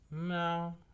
No